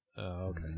okay